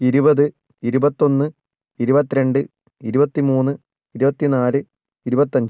ഇരുപത് ഇരുപത്തിയൊന്ന് ഇരുപത്തിരണ്ട് ഇരുപത്തിമൂന്ന് ഇരുപത്തിനാല് ഇരുപത്തിയഞ്ച്